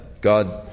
God